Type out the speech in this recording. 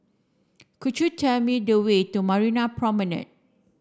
could you tell me the way to Marina Promenade